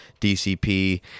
DCP